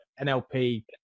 nlp